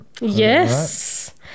Yes